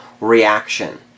reaction